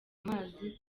amazi